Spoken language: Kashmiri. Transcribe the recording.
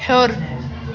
ہیوٚر